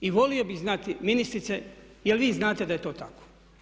I volio bih znati ministrice jel' vi znate da je to tako.